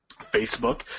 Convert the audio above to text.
Facebook